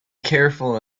careful